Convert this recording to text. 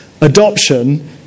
adoption